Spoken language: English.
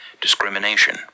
discrimination